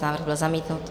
Návrh byl zamítnut.